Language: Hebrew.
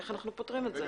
איך אנחנו פותרים את זה?